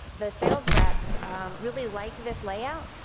the sales reps really like this layout,